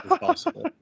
possible